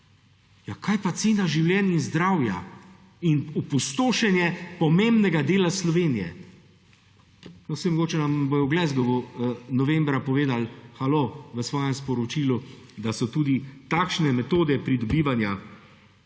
Ja, kaj pa cena življenj in zdravja? In opustošenje pomembnega dela Slovenije? No, saj mogoče nam bodo v Glasgowu novembra povedali, halo, v svojem sporočilu, da so tudi takšne metode pridobivanja